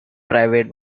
private